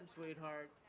sweetheart